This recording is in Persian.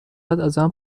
ازم